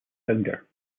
founder